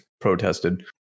protested